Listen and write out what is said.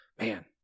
man